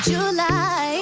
July